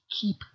keep